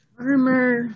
Armor